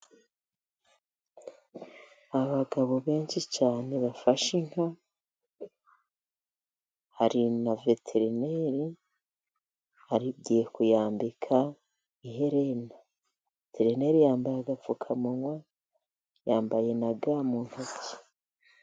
Abagabo benshi cyane bafashe inka hari na veterineri. Agiye kuyambika iherena. Veterineri yambaye agapfukamunwa, yambaye na ga mu ntoki.